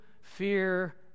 fear